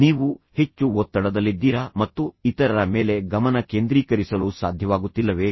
ನೀವು ಹೆಚ್ಚು ಒತ್ತಡದಲ್ಲಿದ್ದೀರಾ ಮತ್ತು ಇತರರ ಮೇಲೆ ಗಮನ ಕೇಂದ್ರೀಕರಿಸಲು ಸಾಧ್ಯವಾಗುತ್ತಿಲ್ಲವೇ